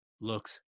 looks